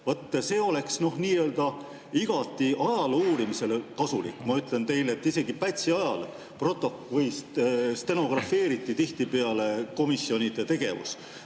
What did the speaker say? See oleks igati ajaloo uurimisele kasulik. Ma ütlen teile, et isegi Pätsi ajal stenografeeriti tihtipeale komisjonide tegevus.